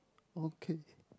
okay